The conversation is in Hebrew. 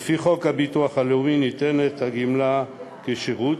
לפי חוק הביטוח הלאומי ניתנת הגמלה כשירות,